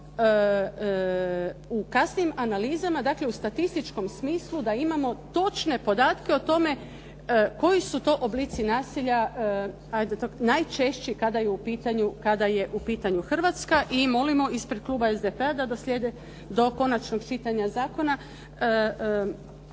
u kasnijim analizama, dakle, u statističkom smislu da imamo točne podatke o tome koji su to oblici nasilja najčešći kada je u pitanju Hrvatska i molimo ispred kluba SDP-a da …/Govornik se ne razumije./… do konačnog čitanja zakona